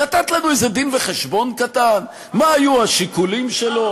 לתת לנו איזה דין-וחשבון קטן מה היו השיקולים שלו,